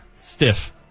stiff